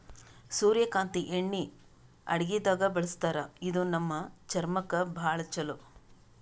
ಸೂರ್ಯಕಾಂತಿ ಎಣ್ಣಿ ಅಡಗಿದಾಗ್ ಬಳಸ್ತಾರ ಇದು ನಮ್ ಚರ್ಮಕ್ಕ್ ಭಾಳ್ ಛಲೋ